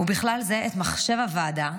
ובכלל זה את מחשב הוועדה,